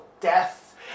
death